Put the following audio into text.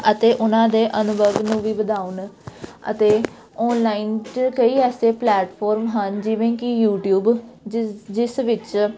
ਅਤੇ ਉਹਨਾਂ ਦੇ ਅਨੁਭਵ ਨੂੰ ਵੀ ਵਧਾਉਣ ਅਤੇ ਔਨਲਾਈਨ 'ਚ ਕਈ ਐਸੇ ਪਲੈਟਫੋਰਮ ਹਨ ਜਿਵੇਂ ਕਿ ਯੂਟੀਊਬ ਜਿਸ ਜਿਸ ਵਿੱਚ